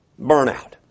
Burnout